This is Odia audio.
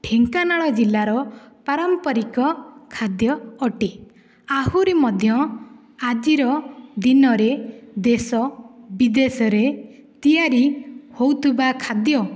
ଢେଙ୍କାନାଳ ଜିଲ୍ଲାର ପାରମ୍ପରିକ ଖାଦ୍ୟ ଅଟେ ଆହୁରି ମଧ୍ୟ ଆଜିର ଦିନରେ ଦେଶ ବିଦେଶରେ ତିଆରି ହେଉଥିବା ଖାଦ୍ୟ